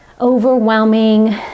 overwhelming